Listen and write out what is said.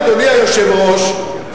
אדוני היושב-ראש,